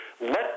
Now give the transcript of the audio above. Let